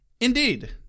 Indeed